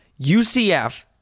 UCF